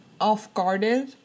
off-guarded